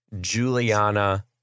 Juliana